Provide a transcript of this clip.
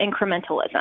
incrementalism